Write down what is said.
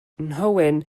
nhywyn